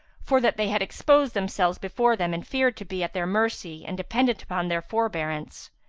for that they had exposed themselves before them and feared to be at their mercy and dependent upon their forbearance.